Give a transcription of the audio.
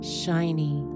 shiny